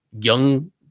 young